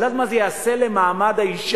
את יודעת מה זה יעשה למעמד האשה?